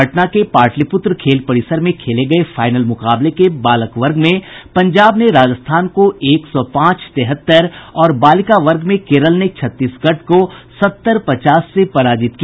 पटना के पाटलिपुत्र खेल परिसर में खेले गये फाइनल मुकाबले के बालक वर्ग में पंजाब ने राजस्थान को एक सौ पांच तेहत्तर और बालिका वर्ग में केरल ने छत्तीसगढ़ को सत्तर पचास से पराजित किया